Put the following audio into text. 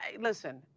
listen